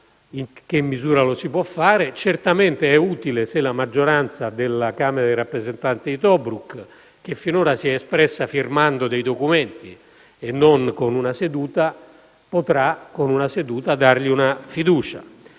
in che misura lo si può fare. Certamente, sarà utile se la maggioranza della Camera dei rappresentanti di Tobruk, che finora si è espressa firmando dei documenti e non con una seduta, potrà dargli una fiducia